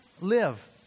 live